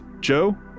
joe